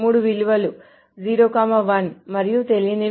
మూడు విలువలు 0 1 మరియు తెలియనివి